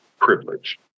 privilege